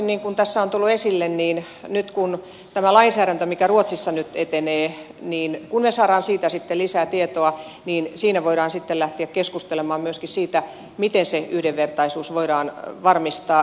niin kuin tässä on tullut esille varmasti sitten kun me saamme tästä lainsäädännöstä mikä ruotsissa nyt etenee niin kun ei saa siitä sitten lisää tietoa siinä voidaan lähteä keskustelemaan myöskin siitä miten se yhdenvertaisuus voidaan varmistaa